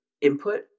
input